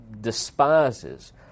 despises